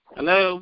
Hello